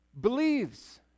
believes